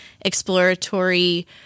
exploratory